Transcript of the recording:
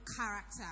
character